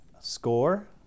score